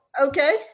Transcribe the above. Okay